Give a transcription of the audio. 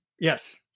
Yes